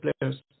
players